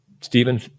Stephen